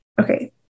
okay